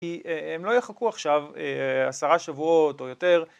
כי הם לא יחכו עכשיו עשרה שבועות או יותר,